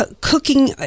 cooking